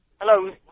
Hello